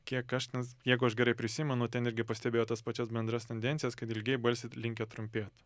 kiek aš nes jeigu aš gerai prisimenu ten irgi pastebėjo tas pačias bendras tendencijas kad ilgieji balsiai linkę trumpėt